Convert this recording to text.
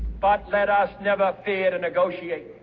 but let us never fear to negotiate.